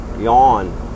Yawn